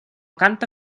canta